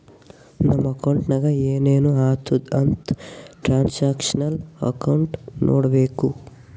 ನಮ್ ಅಕೌಂಟ್ನಾಗ್ ಏನೇನು ಆತುದ್ ಅಂತ್ ಟ್ರಾನ್ಸ್ಅಕ್ಷನಲ್ ಅಕೌಂಟ್ ನೋಡ್ಬೇಕು